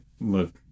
Look